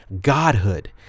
Godhood